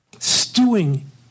stewing